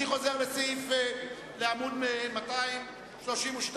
אני חוזר לעמוד 232,